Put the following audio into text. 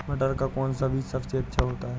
मटर का कौन सा बीज अच्छा होता हैं?